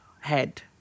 head